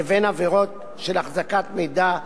לבין עבירות של החזקת מידע,